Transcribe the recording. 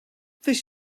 this